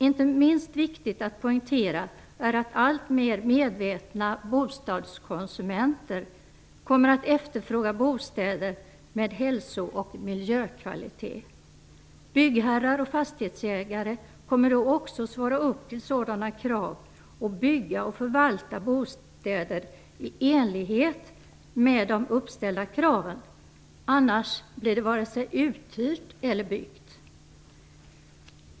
Inte minst viktigt att poängtera är att alltmer medvetna bostadskonsumenter kommer att efterfråga bostäder med hälso och miljökvalitet. Byggherrar och fastighetsägare kommer då också att svara upp till sådana krav samt bygga och förvalta bostäder i enlighet med uppställda krav - annars blir det vare sig uthyrt eller byggt!